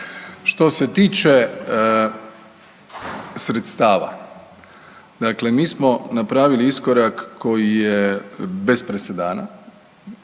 Što se tiče sredstava, dakle mi smo napravili iskorak koji je bez presedana,